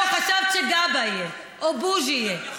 לא, חשבת שגבאי יהיה או בוז'י יהיה?